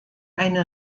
eine